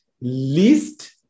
least